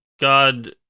God